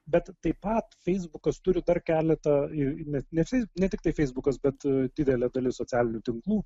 bet taip pat feisbukas turi dar keletą ir ne feis ne tiktai feisbukas bet didelė dalis socialinių tinklų